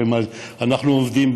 והרי אנחנו עובדים,